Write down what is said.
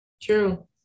true